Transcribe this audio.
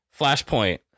Flashpoint